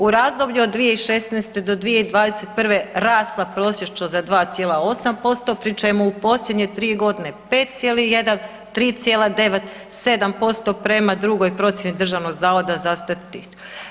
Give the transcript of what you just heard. U razdoblju od 2016. do 2021. rasla prosječni za 2,8% pri čemu u posljednje 3 godine 5,1, 3,9, 7% prema drugoj procjeni Državnog zavoda za statistiku.